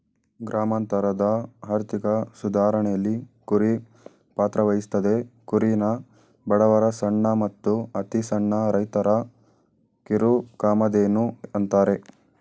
ಗ್ರಾಮಾಂತರದ ಆರ್ಥಿಕ ಸುಧಾರಣೆಲಿ ಕುರಿ ಪಾತ್ರವಹಿಸ್ತದೆ ಕುರಿನ ಬಡವರ ಸಣ್ಣ ಮತ್ತು ಅತಿಸಣ್ಣ ರೈತರ ಕಿರುಕಾಮಧೇನು ಅಂತಾರೆ